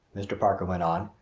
mr. parker went on,